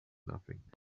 nothing